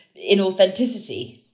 inauthenticity